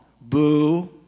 boo